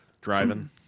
Driving